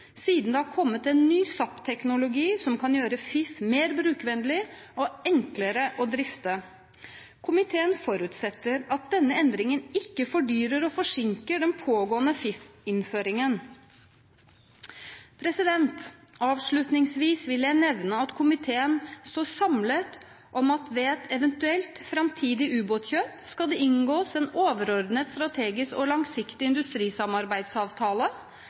siden det har kommet en ny SAP-teknologi som kan gjøre FIF mer brukervennlig og enklere å drifte. Komiteen forutsetter at denne endringen ikke fordyrer og forsinker den pågående FIF-innføringen. Avslutningsvis vil jeg nevne at komiteen står samlet om at ved et eventuelt framtidig ubåtkjøp skal det inngås en overordnet strategisk og langsiktig industrisamarbeidsavtale